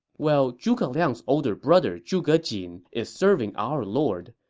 well, zhuge liang's older brother, zhuge jin, is serving our lord.